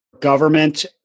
government